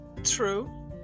true